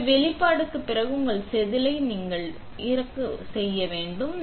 எனவே வெளிப்பாடு பிறகு நீங்கள் உங்கள் செதில் இறக்க வேண்டும்